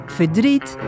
verdriet